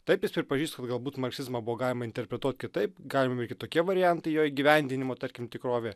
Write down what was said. taip jis pripažįsta kad galbūt marksizmą buvo galima interpretuot kitaip galima ir kitokie variantai jo įgyvendinimo tarkim tikrovė